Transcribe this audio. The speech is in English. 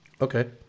Okay